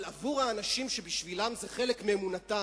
אבל עבור האנשים שבשבילם זה חלק מאמונתם,